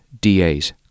DAs